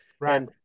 Right